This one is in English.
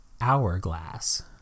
hourglass